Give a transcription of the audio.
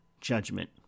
judgment